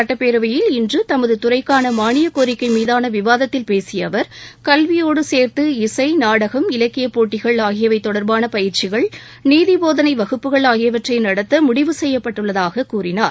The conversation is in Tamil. சுட்டப்பேரவையில் இன்று தமது துறைக்கான மானியக் கோரிக்கை மீதான விவாதத்தில் பேசிய அவர் கல்வியோடு சேர்த்து இசை நாடகம் இலக்கியப் போட்டிகள் ஆகியவை தொடர்பான பயிற்சிகள் நீதி போதனை வகுப்புகள் ஆகியவற்றை நடத்த முடிவு செய்யப்பட்டுள்ளதாகக் கூறினார்